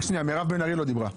רק שנייה, מירב בן ארי לא דיברה.